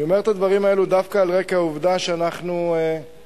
אני אומר את הדברים האלה דווקא על רקע העובדה שאנחנו עוברים,